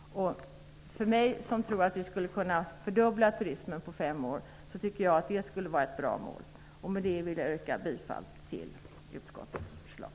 Jag tror att man skulle kunna fördubbla turismen på fem år och tycker att det är ett bra mål. Jag yrkar bifall till utskottets förslag.